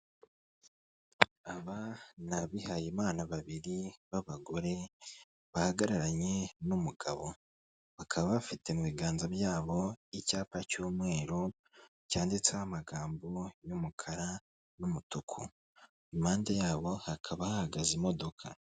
Aba ni abihaye Imana babiri b'abagore bahagararanye n'umugabo, bakaba bafite mu biganza byabo icyapa cy'umweru cyanditseho amagambo y'umukara n'umutuku, impande yabo hakaba hahagaze imodoka.